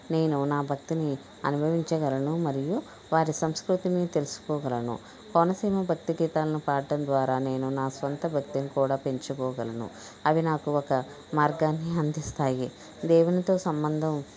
నేను నా భక్తుని అనుభవించగలను మరియు వారి సంస్కృతిని తెలుసుకోగలను కోనసీమ భక్తి గీతాలను పాడడం ద్వారా నేను నా సొంత భక్తుని కూడా పెంచుకోగలను అవి నాకు ఒక మార్గాన్ని అందిస్తాయి దేవునితో సంబంధం